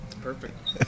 Perfect